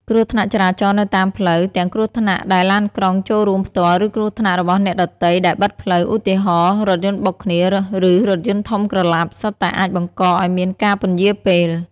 គ្រោះថ្នាក់ចរាចរណ៍នៅតាមផ្លូវ ទាំងគ្រោះថ្នាក់ដែលឡានក្រុងចូលរួមផ្ទាល់ ឬគ្រោះថ្នាក់របស់អ្នកដទៃដែលបិទផ្លូវ ឧទាហរណ៍ រថយន្តបុកគ្នា ឬរថយន្តធំក្រឡាប់ សុទ្ធតែអាចបង្កឱ្យមានការពន្យារពេល។